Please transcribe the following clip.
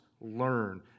learn